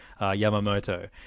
Yamamoto